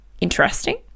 interesting